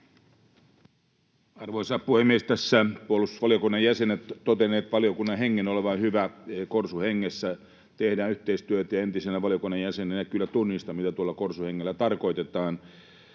Arvoisa puhemies! Tässä puolustusvaliokunnan jäsenet ovat todenneet valiokunnan hengen olevan hyvä. Korsuhengessä tehdään yhteistyötä, ja entisenä valiokunnan jäsenenä kyllä tunnistan, mitä tuolla korsuhengellä tarkoitetaan.